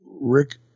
Rick